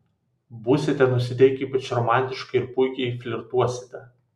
būsite nusiteikę ypač romantiškai ir puikiai flirtuosite